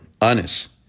honest